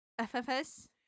FFs